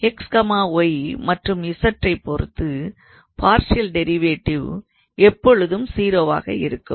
xy மற்றும் z ஐ பொறுத்து பார்ஷியல் டிரைவேட்டிவ் எப்பொழுதும் 0 வாக இருக்கும்